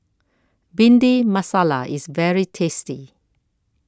Bhindi Masala is very tasty